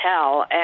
tell